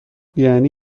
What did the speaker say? یعنی